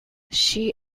she